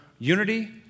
unity